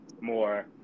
more